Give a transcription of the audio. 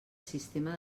sistema